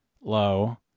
low